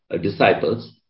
disciples